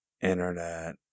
internet